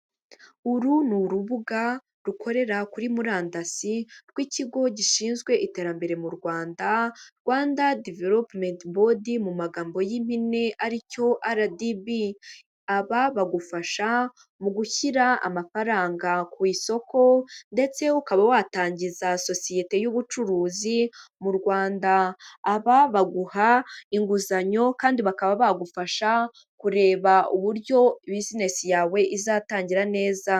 Uru n'urubuga rukorera kuri murandasi rw'ikigo gishinzwe iterambere mu Rwanda, Rwanda developumenti bodi mu magambo y'impine ari cyo RDB. Aba bagufasha mu gushyira amafaranga ku isoko ndetse ukaba watangiza sosiyete y'ubucuruzi mu Rwanda. Aba baguha inguzanyo kandi bakaba bagufasha kureba uburyo buzinesi yawe izatangira neza.